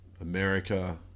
America